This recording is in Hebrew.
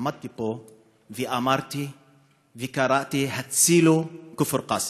עמדתי פה ואמרתי וקראתי: הצילו את כפר קאסם.